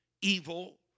evil